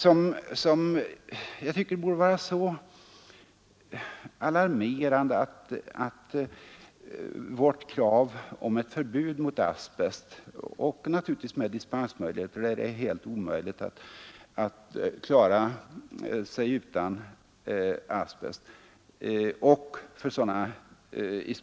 Dessa borde vara så alarmerande att vårt krav om ett förbud mot asbest — naturligtvis med dispensmöjligheter, där det är omöjligt att helt klara sig utan asbest — borde tillmötesgås.